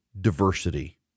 diversity